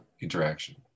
interaction